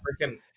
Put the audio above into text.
freaking